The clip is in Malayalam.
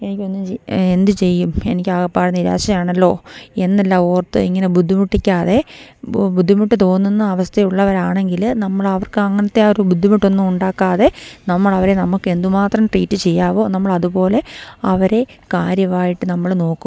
എനിക്കൊന്നും എന്ത് ചെയ്യും എനിക്കാകപ്പാടെ നിരാശയാണല്ലോ എന്നെല്ലാം ഓർത്ത് ഇങ്ങനെ ബുദ്ധിമുട്ടിക്കാതെ ബുദ്ധിമുട്ട് തോന്നുന്ന അവസ്ഥയുള്ളവരാണെങ്കില് നമ്മളവർക്ക് അങ്ങനത്തെ ആ ഒരു ബുദ്ധിമുട്ടൊന്നും ഉണ്ടാക്കാതെ നമ്മളവരെ നമുക്കെന്ത് മാത്രം ട്രീറ്റ് ചെയ്യാമോ നമ്മളതുപോലെ അവരെ കാര്യമായിട്ട് നമ്മള് നോക്കും